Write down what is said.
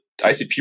ICP